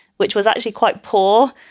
which was actually quite poor.